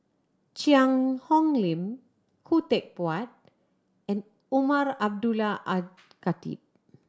Cheang Hong Lim Khoo Teck Puat and Umar Abdullah Al Khatib